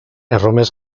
erromes